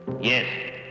Yes